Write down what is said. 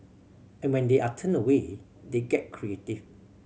and when they are turned away they get creative